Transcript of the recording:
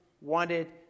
wanted